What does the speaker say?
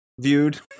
viewed